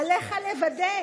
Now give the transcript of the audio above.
לכן את יושבת כאן במסירות,